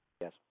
Yes